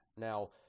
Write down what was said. Now